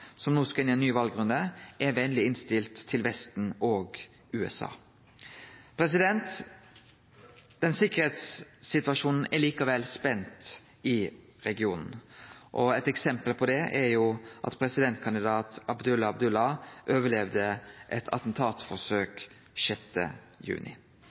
som no skal inn i ein ny valrunde, er venleg innstilte til Vesten og USA. Sikkerheitssituasjonen er likevel spent i regionen. Eit eksempel på det er jo at presidentkandidat Abdullah Abdullah overlevde eit attentatforsøk 6. juni.